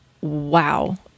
wow